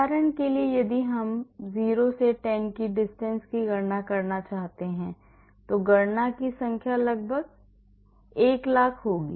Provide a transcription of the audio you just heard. उदाहरण के लिए यदि हम 0 से 10 की distance की गणना करना चाहते हैं तो गणना की संख्या लगभग 100000 होगी